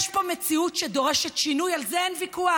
יש פה מציאות שדורשת שינוי, על זה אין ויכוח.